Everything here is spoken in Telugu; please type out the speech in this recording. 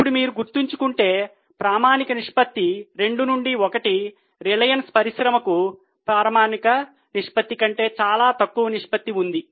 ఇప్పుడు మీరు గుర్తుంచుకుంటే ప్రామాణిక నిష్పత్తి 2 నుండి 1 రిలయన్స్ పరిశ్రమకు ప్రామాణిక నిష్పత్తి కంటే చాలా తక్కువ ప్రస్తుత నిష్పత్తి ఉంది